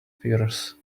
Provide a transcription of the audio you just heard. firs